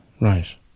Right